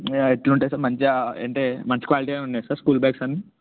ఎట్లుంటాయి సార్ మంచిగా అంటే మంచి క్వాలిటీగానే ఉన్నాయా సార్ స్కూల్ బ్యాగ్స్ అన్నీ